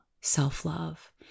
self-love